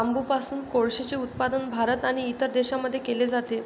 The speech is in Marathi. बांबूपासून कोळसेचे उत्पादन भारत आणि इतर देशांमध्ये केले जाते